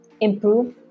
improve